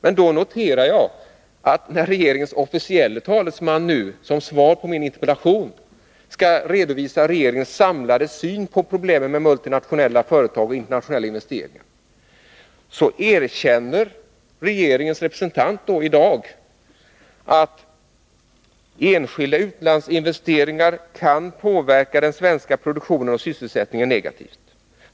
Men jag noterar då, att när regeringens officielle talesman i dag som svar på min interpellation skall redovisa regeringens samlade syn på problemen med multinationella företag och internationella investeringar, så erkänner regeringens representant att enskilda utlandsinvesteringar kan påverka den svenska produktionen och sysselsättningen negativt.